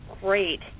great